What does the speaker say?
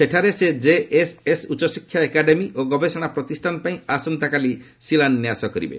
ସେଠାରେ ସେ ଜେଏସଏସ ଉଚ୍ଚଶିକ୍ଷା ଏକାଡେମୀ ଓ ଗବେଷଣା ପ୍ରତିଷ୍ଠାନ ପାଇଁ ଆସନ୍ତାକାଲି ଶିଳାନ୍ୟାସ କରିବେ